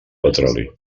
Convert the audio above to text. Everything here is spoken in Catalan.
petroli